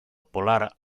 polar